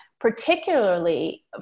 Particularly